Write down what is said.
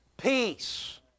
Peace